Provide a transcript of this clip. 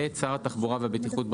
(ב) שר התחבורה והבטיחות בדרכים,